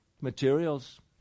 materials